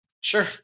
Sure